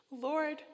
Lord